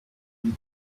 and